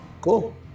Cool